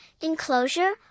enclosure